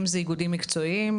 אם זה איגודים מקצועיים,